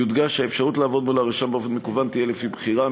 יודגש שהאפשרות לעבוד מול הרשם באופן מקוון תהיה לפי בחירה.